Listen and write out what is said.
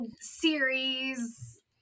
series